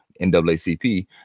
NAACP